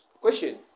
Question